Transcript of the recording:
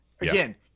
again